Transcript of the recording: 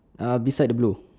ah beside the blue